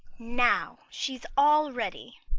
now, she's all ready,